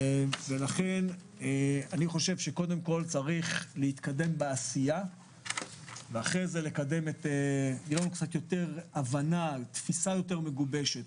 אני חושב שקודם צריך להתקדם בעשייה ואחרי תהיה הבנה ותפיסה יותר מגובשת